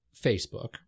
Facebook